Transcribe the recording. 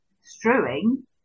strewing